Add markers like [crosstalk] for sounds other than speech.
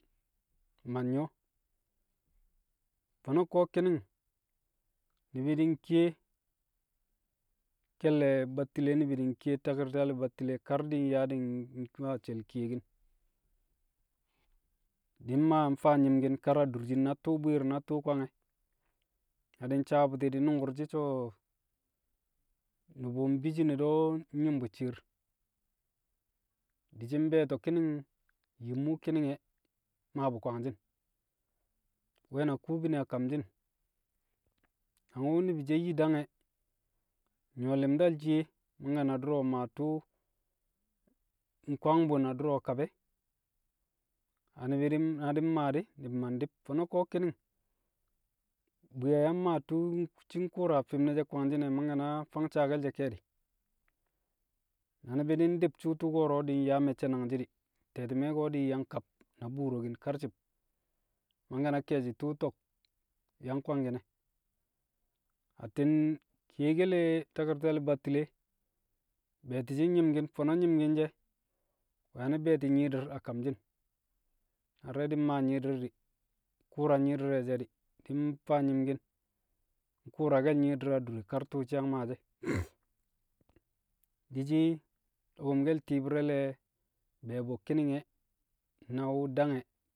Ma nyu̱wo̱. Fo̱no̱ ko̱ ki̱ni̱ng, ni̱bi̱ di̱ nkiye ke̱lle̱ battile ni̱bi̱ di̱ nkiye taki̱rtar battile kar di̱ nyaa di̱ mmaa she̱l kiyekin. Di̱ mmaa faam nyi̱mki̱n kar adurshin na tṵṵ bwi̱i̱r na tṵṵ kwange̱. Na di̱ nsaabu̱ti̱ nu̱ngku̱r shi̱ so̱, nu̱bu̱ mbi shine do nyi̱m bu̱ shi̱i̱r. Di̱ shi̱ mbe̱e̱to̱ ki̱ni̱ng yim wu̱ ki̱ni̱ng e̱, mmaa bu̱ kwangshi̱n, we̱ na kubine a kamshi̱n. Nang wu̱ nu̱bu̱ she̱ nyi dang e̱, nyu̱wo̱ li̱mdal shiye mangke̱ na du̱ro̱ maa tṵṵ nkwang bu̱ na du̱ro̱ kab e̱. A ni̱bi̱ di̱ m- a di̱ mmaa di̱, ni̱bi̱ ma ndi̱b, fo̱no̱ ko̱ ki̱ni̱ng, bwi̱ye̱ yang maa̱ tṵṵ wu̱ shi̱ nku̱u̱ra a fi̱m ne̱ she̱ kwangshi̱n e̱ mangke̱ na fang saake̱l she̱ ke̱e̱di̱. Na ni̱bi̱ di̱ ndi̱b su̱u̱ tu̱u̱ ko̱ro̱ di̱ nyaa me̱cce̱ di̱, te̱ti̱me̱ ko̱ di̱ nyang kab na buurokin karci̱b mangke̱ na ke̱e̱shɪ tṵṵ to̱k yang kwangki̱n e̱. Atti̱n kiyekele taki̱rtal battile, be̱e̱ti̱shi̱ myi̱mki̱n fo̱no̱ nyi̱mki̱n she̱ wani̱ be̱e̱to̱o̱ nyi̱i̱di̱r a kamshi̱n. Na di̱re̱ di̱ mmaa nyi̱i̱di̱r di̱, ku̱u̱ra nyi̱i̱di̱r re̱ she̱ di̱, di̱ mfaa nyi̱mki̱n nku̱u̱rake̱l nyi̱i̱di̱r adure kar tṵṵ shi̱ yang maa shẹ [noise] di̱ shi̱ do̱ku̱mke̱l ti̱i̱bi̱re̱ le̱ be̱e̱bu̱ ki̱ni̱ng e̱ na wu̱ dang e̱.